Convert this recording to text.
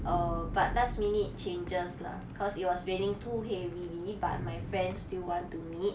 err but last minute changes lah cause it was raining too heavily but my friends still want to meet